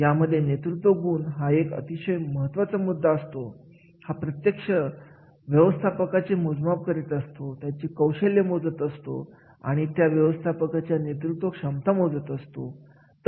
यामध्ये नेतृत्वगुण हा एक अतिशय मुद्दा असतो हा प्रत्यक्ष व्यवस्थापकाचे मोजमाप करीत असतो त्याची कौशल्य मोजत असतो आणि त्या व्यवस्थापकाच्या नेतृत्व क्षमता मोजत असतो